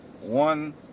one